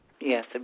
Yes